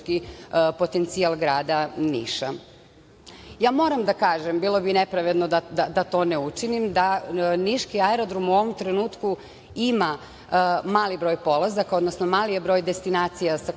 potencijal grada Niša. Moram da kažem, bilo bi nepravedno da to ne učinim, da niški aerodrom u ovom trenutku ima mali broj polazaka, odnosno mali je broj destinacija na